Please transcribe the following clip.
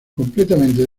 completamente